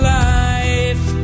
life